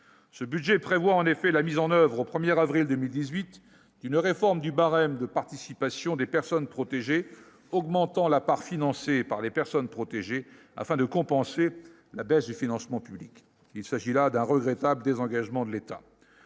ce budget prévoit en effet la mise en oeuvre au premier avril 2018 qui ne réforme du barème de participation des personnes protégées, augmentant la part financée par les personnes protégées afin de compenser la baisse du financement public, il s'agit là d'un regrettable, désengagement de l'État,